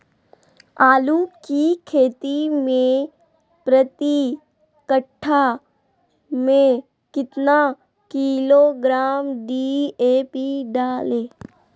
आलू की खेती मे प्रति कट्ठा में कितना किलोग्राम डी.ए.पी डाले?